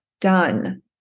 done